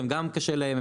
הם גם קשה להם,